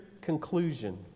conclusion